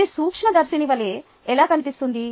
ఇది సూక్ష్మదర్శిని వలె ఎలా కనిపిస్తుంది